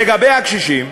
לגבי קשישים,